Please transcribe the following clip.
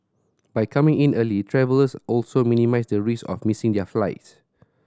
by coming in early travellers also minimise the risk of missing their flights